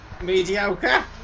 mediocre